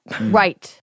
Right